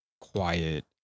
quiet